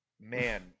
man